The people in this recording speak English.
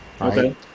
Okay